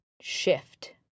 shift